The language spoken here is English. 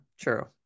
true